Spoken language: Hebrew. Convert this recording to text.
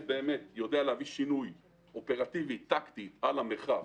יודע להביא שינוי אופרטיבי-טקטי על המרחב.